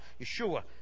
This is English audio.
Yeshua